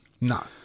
No